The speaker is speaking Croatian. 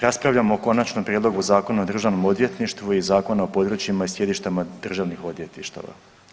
Raspravljamo o Konačnom prijedlogu zakona o Državnom odvjetništvu i Zakona o područjima i sjedištima državnih odvjetništava.